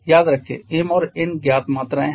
याद रखें m और n ज्ञात मात्राएँ हैं